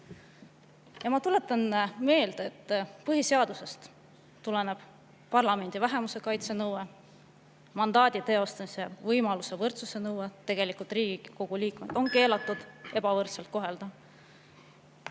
Ja ma tuletan meelde, et põhiseadusest tuleneb parlamendivähemuse kaitse nõue, mandaadi teostamisel võimaluste võrdsuse nõue. Tegelikult Riigikogu liikmeid on keelatud ebavõrdselt kohelda.